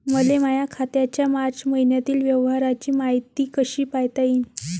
मले माया खात्याच्या मार्च मईन्यातील व्यवहाराची मायती कशी पायता येईन?